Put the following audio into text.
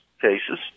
cases